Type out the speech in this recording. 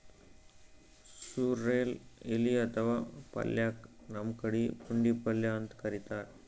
sorrel ಎಲಿ ಅಥವಾ ಪಲ್ಯಕ್ಕ್ ನಮ್ ಕಡಿ ಪುಂಡಿಪಲ್ಯ ಅಂತ್ ಕರಿತಾರ್